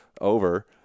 over